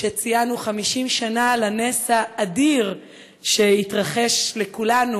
כשציינו 50 שנה לנס האדיר שהתרחש לכולנו,